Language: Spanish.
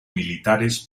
militares